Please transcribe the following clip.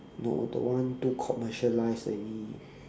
no that one too commercialised already